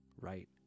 right